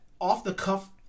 off-the-cuff